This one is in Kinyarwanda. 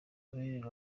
guverineri